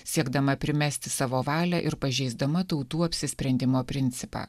siekdama primesti savo valią ir pažeisdama tautų apsisprendimo principą